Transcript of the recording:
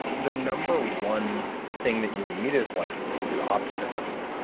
the number one thing that you need is like is optimism,